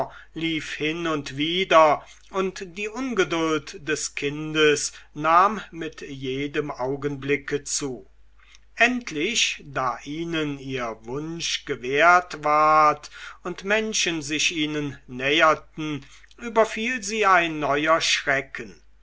lief hin und wider und die ungeduld des kindes nahm mit jedem augenblicke zu endlich da ihnen ihr wunsch gewährt ward und menschen sich ihnen näherten überfiel sie ein neuer schrecken